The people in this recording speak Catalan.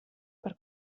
per